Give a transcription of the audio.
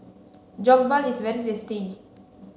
jokbal is very tasty